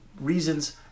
reasons